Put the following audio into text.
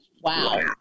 Wow